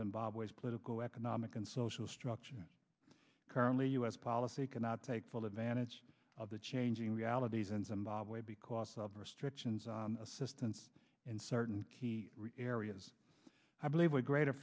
zimbabwe's political economic and social structure currently u s policy cannot take full advantage of the changing realities and zimbabwe because of restrictions assistance in certain key areas i believe a greater